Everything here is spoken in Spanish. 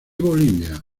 bolivia